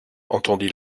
entendit